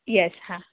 yes હા